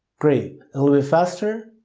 great. a little bit faster.